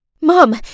Mom